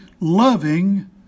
loving